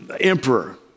emperor